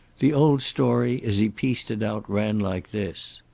the old story, as he pieced it out, ran like this